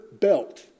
belt